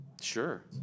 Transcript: Sure